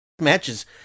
matches